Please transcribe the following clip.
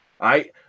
right